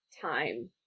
time